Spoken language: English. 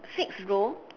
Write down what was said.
six row